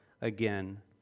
Again